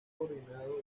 coordinado